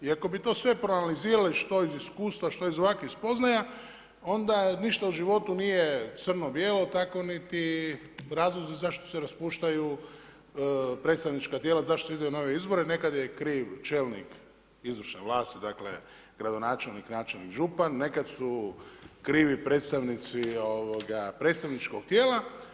I ako bi to sve proanalizirali što iz iskustva, što iz ovakvih spoznaja onda ništa u životu nije crno-bijelo, tako niti razlozi zašto se raspuštaju predstavnička tijela, zašto se ide u nove izbore, nekada je kriv čelnik izvršne vlasti, dakle gradonačelnik, načelnik, župan, nekad su krivi predstavnici predstavničkog tijela.